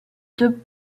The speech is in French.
deux